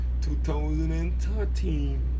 2013